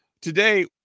today